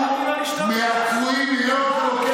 יותר בריא לא לשתות אותם.